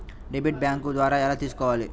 Debit bank ద్వారా ఎలా తీసుకోవాలి?